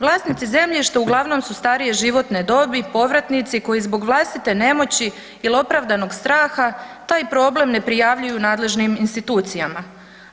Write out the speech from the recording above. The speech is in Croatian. Vlasnici zemljišta uglavnom su starije životne dobi povratnici koji zbog vlastite nemoći ili opravdanog straha taj problem ne prijavljuju nadležnim institucijama,